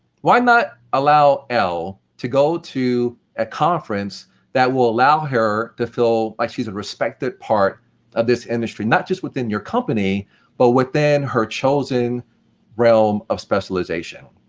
why not allow elle to go to a conference that will allow her to feel like she's a respected part of this industry, not just within your company but within her chosen realm of specialisation?